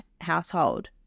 household